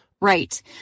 Right